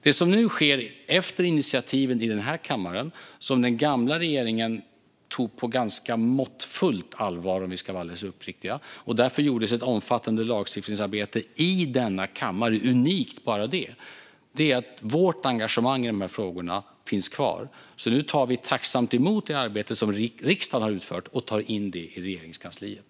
Efter utskottsinitiativet - som den gamla regeringen tog på ganska måttligt allvar, om vi ska vara alldeles uppriktiga - skedde ett omfattande lagstiftningsarbete i denna kammare, vilket är unikt bara det. Vårt engagemang i dessa frågor finns kvar, och nu tar vi tacksamt emot det arbete som riksdagen har utfört och tar med det in i Regeringskansliet.